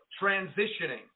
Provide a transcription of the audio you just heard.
transitioning